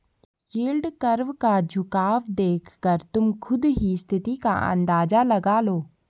yield curve का झुकाव देखकर तुम खुद ही स्थिति का अंदाजा लगा लो